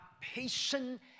patient